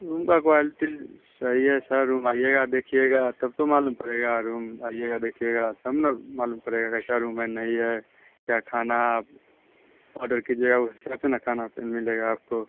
room का quality सही है सर रूम आइएगा देखिएगा तब तो मालूम पड़ेगा रूम आइएगा देखिएगा तब न मालूम पड़ेगा कैसा रूम है नहीं है क्या खाना आप ऑडर कीजिएगा उसी तरफ़ से न खाना फिर मिलेगा आपको